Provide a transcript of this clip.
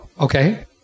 Okay